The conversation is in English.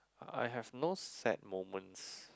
I have no sad moments